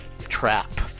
trap